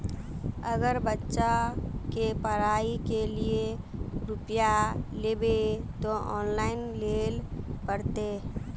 अगर बच्चा के पढ़ाई के लिये रुपया लेबे ते ऑनलाइन लेल पड़ते?